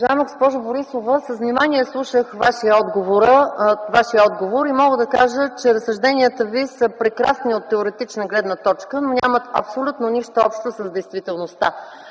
Уважаема госпожо Борисова, с внимание слушах Вашия отговор и мога да кажа, че разсъжденията Ви са прекрасни от теоретична гледна точка, но нямат абсолютно нищо общо с действителността.